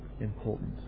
important